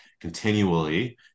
Continually